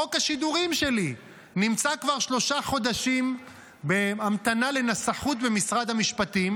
חוק השידורים שלי נמצא כבר שלושה חודשים בהמתנה לנסחות במשרד המשפטים,